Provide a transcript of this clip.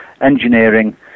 engineering